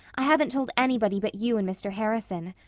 i haven't told anybody but you and mr. harrison.